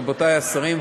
רבותי השרים,